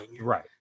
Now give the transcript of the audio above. right